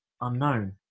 unknown